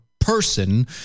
person